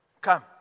Come